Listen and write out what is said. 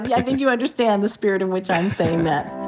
but i think you understand the spirit in which i'm saying that.